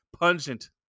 pungent